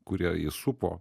kurie jį supo